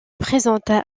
présenta